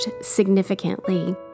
significantly